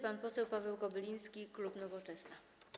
Pan poseł Paweł Kobyliński, klub Nowoczesna.